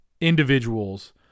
individuals